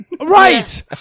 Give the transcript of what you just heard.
Right